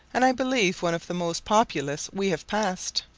and i believe one of the most populous we have passed.